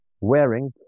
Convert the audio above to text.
wearing